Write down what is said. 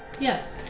Yes